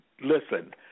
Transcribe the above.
listen